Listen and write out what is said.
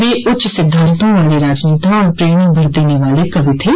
वे उच्च सिद्धांतों वाले राजनेता और प्रेरणा भर देने वाले कवि थे